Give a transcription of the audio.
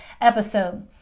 episode